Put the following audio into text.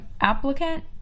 applicant